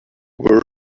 were